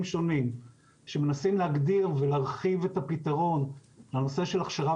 שונים שמנסים להגדיר ולהרחיב את הפתרון לנושא של הכשרה